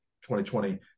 2020